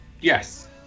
yes